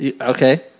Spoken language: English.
Okay